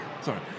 Sorry